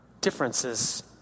differences